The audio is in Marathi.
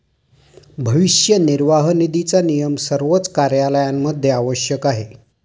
भविष्य निर्वाह निधीचा नियम सर्वच कार्यालयांमध्ये आवश्यक आहे